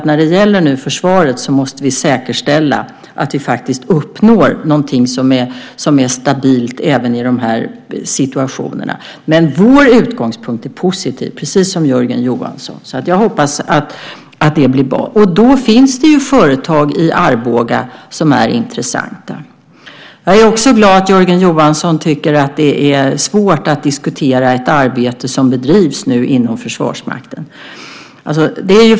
När det gäller försvaret måste vi säkerställa att vi faktiskt uppnår något som är stabilt även i de situationerna. Men vår utgångspunkt är positiv - precis som Jörgen Johanssons. Jag hoppas att det blir bra. Det finns företag i Arboga som är intressanta. Jag är också glad att Jörgen Johansson tycker att det är svårt att diskutera ett arbete som nu bedrivs inom Försvarsmakten.